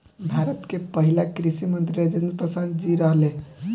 भारत के पहिला कृषि मंत्री राजेंद्र प्रसाद जी रहले